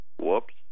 Whoops